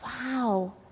wow